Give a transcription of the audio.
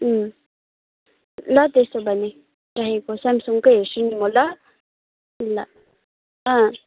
ल त्यसो भने राखेको सेमसङकै हेर्छु नि म ल ल